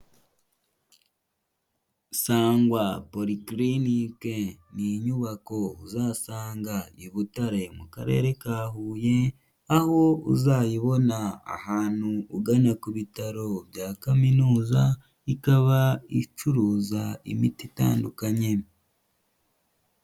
Sangwa polyclinic ni inyubako uzasanga i Butare mu karere ka Huye aho uzayibona ahantu ugana ku bitaro bya kaminuza, ikaba icuruza imiti itandukanye.